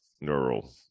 neural